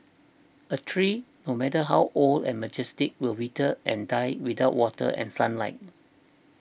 a tree no matter how old and majestic will wither and die without water and sunlight